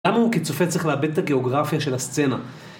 למה הוא כצופה צריך לאבד את הגיאוגרפיה של הסצנה?